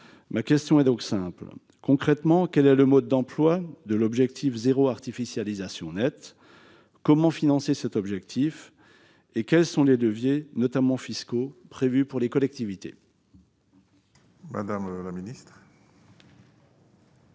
Ma question est donc simple : concrètement, quel est le mode d'emploi de l'objectif « zéro artificialisation nette »? Comment financer cet objectif ? Quels sont les leviers, notamment fiscaux, prévus pour les collectivités ? La parole est à